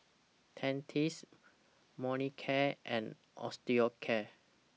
Dentiste Molicare and Osteocare